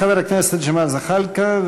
חבר הכנסת ג'מאל זחאלקה,